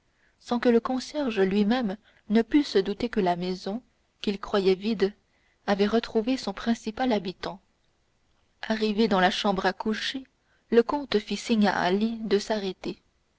sans que le concierge lui-même pût se douter que la maison qu'il croyait vide avait retrouvé son principal habitant arrivé dans la chambre à coucher le comte fit signe à ali de s'arrêter